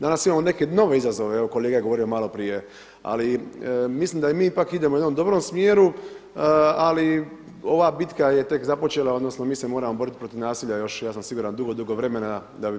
Danas imamo neke nove izazove, evo kolega je govorio maloprije, ali mislim da i mi ipak idemo u jednom dobrom smjeru, ali ova bitka je tek započela odnosno mi se moramo boriti protiv nasilja ja sam siguran dugo, dugo vremena da bi bili zadovoljni.